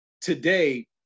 today